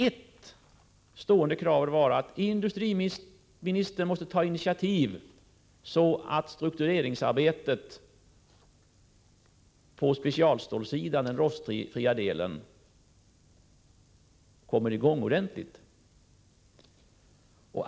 Ett stående krav var att industriministern måste ta intitiativ, så att struktureringsarbetet på specialstålssidan — den rostfria verksamheten — kunde komma i gång ordentligt.